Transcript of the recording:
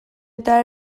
eta